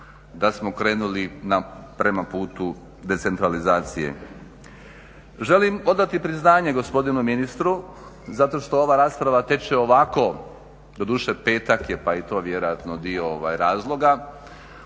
da smo krenuli prema putu decentralizacije. Želim odati priznanje gospodinu ministru zato što ova rasprava teče ovako, doduše petak je pa je i to vjerojatno dio razloga.